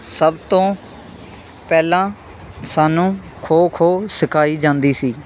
ਸਭ ਤੋਂ ਪਹਿਲਾਂ ਸਾਨੂੰ ਖੋ ਖੋ ਸਿਖਾਈ ਜਾਂਦੀ ਸੀ